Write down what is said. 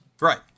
Right